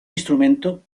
instrumento